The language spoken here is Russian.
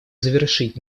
завершить